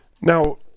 now